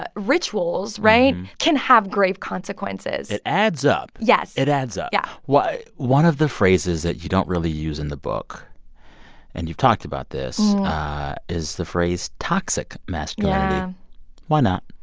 but rituals right? can have grave consequences it adds up yes it adds up yeah why one of the phrases that you don't really use in the book and you've talked about this is the phrase toxic masculinity yeah why not?